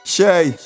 Shay